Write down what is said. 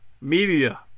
Media